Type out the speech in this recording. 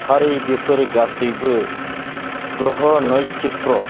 थारै बेफोरो गासैबो ग्रह' नयखेथ्र'